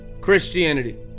Christianity